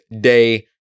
day